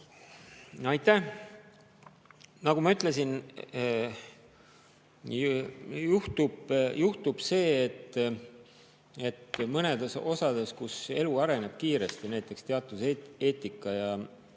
Aitäh! Nagu ma ütlesin, juhtub see, et mõnes [sfääris], kus elu areneb kiiresti, näiteks teaduseetika ja